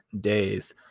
days